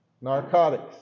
Narcotics